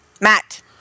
Matt